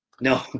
No